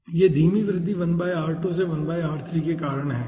तो यह धीमी वृद्धि 1 r2 से1 r3 के कारण है